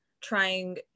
trying